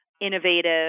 innovative